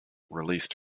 released